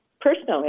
personally